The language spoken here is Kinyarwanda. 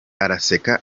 araseka